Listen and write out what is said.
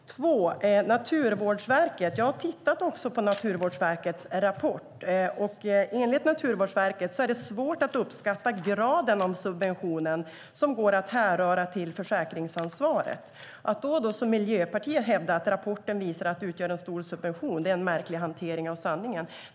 Jag har också tittat på Naturvårdsverkets rapport, och enligt Naturvårdsverket är det svårt att uppskatta graden av subvention som går att härröra till försäkringsansvaret. Att då, som Miljöpartiet gör, hävda att rapporten visar att det utgör en stor subvention är en märklig hantering av sanningen.